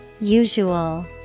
Usual